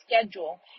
schedule